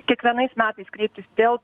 kiekvienais metais kreiptis dėl